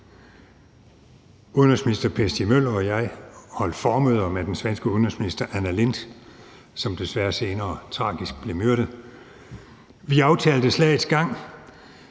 Udenrigsminister Per Stig Møller og jeg holdt formøder med den svenske udenrigsminister Anna Lindh, som desværre senere tragisk blev myrdet. Vi aftalte slagets gang.